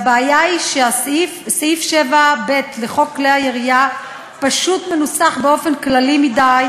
הבעיה היא שסעיף 7ב לחוק כלי הירייה פשוט מנוסח באופן כללי מדי,